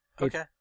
Okay